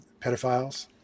pedophiles